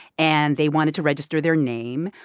and they wanted to register their name.